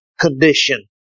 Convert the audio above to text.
condition